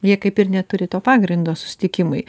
jie kaip ir neturi to pagrindo susitikimui